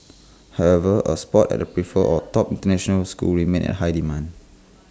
however A spot at A preferred or top International school remains in high demand